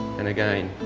and again.